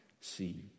see